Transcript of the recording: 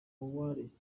wales